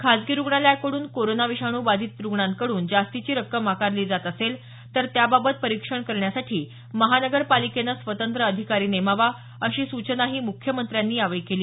खासगी रुग्णालयाकडून कोरोना विषाणू बाधित रुग्णांकडून जास्तीची रक्कम आकारली जात असेल तर त्याबाबत परीक्षण करण्यासाठी महानगरपालिकेनं स्वतंत्र अधिकारी नेमावा अशी सूचनाही मुख्यमंत्र्यांनी यावेळी केली